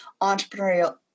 entrepreneurial